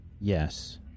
yes